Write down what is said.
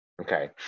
okay